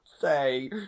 say